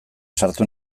sartu